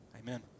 amen